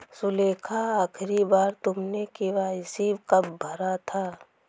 सुलेखा, आखिरी बार तुमने के.वाई.सी कब भरा था?